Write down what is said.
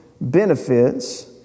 benefits